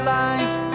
life